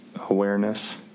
awareness